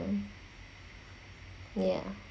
ya